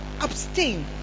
abstain